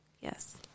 Yes